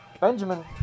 Benjamin